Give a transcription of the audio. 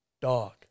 dog